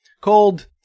called